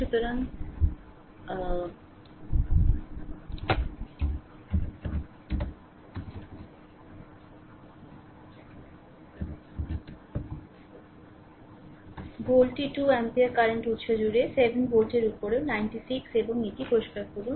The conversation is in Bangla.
সুতরাং ভোল্টটি 2 অ্যাম্পিয়ার কারেন্ট উৎস জুড়ে 7 ভোল্টের উপরেও 96 এবং এটি পরিষ্কার করুন